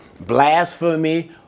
blasphemy